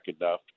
enough